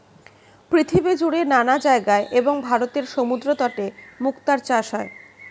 পৃথিবীজুড়ে নানা জায়গায় এবং ভারতের সমুদ্রতটে মুক্তার চাষ হয়